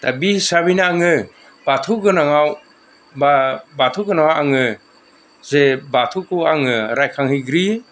दा बे हिसाबैनो आङो बाथौ गोनाङाव बा बाथौ गोनाङाव आङो जे बाथौखौ आङो रायखांहैग्रोयो